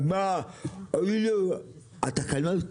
אז מה הועילו התקנות?